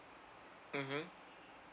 mmhmm